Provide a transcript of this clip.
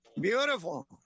Beautiful